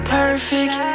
perfect